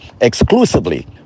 Exclusively